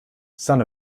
son